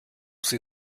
sie